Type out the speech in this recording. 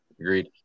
Agreed